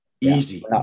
Easy